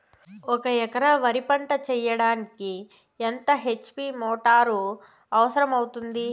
ఒక ఎకరా వరి పంట చెయ్యడానికి ఎంత హెచ్.పి మోటారు అవసరం అవుతుంది?